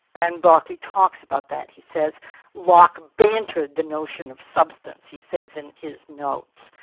and berkeley talks about that. he says locke bantered the notion of substance, he said in his notes.